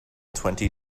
twenty